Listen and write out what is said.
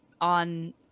on